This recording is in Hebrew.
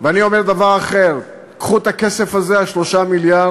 ואני אומר דבר אחר: קחו את הכסף הזה, 3 המיליארד,